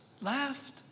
laughed